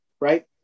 right